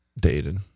dated